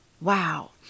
wow